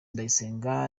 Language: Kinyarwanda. ndayisenga